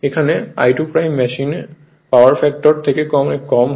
এখানে I2 machine power factor থেকে অনেক কম হয়